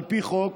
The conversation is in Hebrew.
על פי חוק,